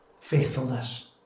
faithfulness